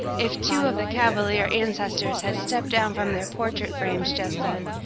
if two of the cavalier ancestors had stepped down from their portrait frames just then,